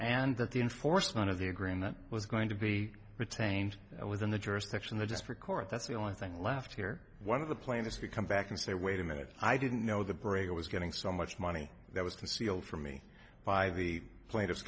and that the enforcement of the agreement was going to be retained within the jurisdiction the district court that's the only thing left here one of the plaintiffs we come back and say wait a minute i didn't know the break i was getting so much money that was concealed from me by the plaintiff